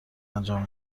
انجام